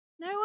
No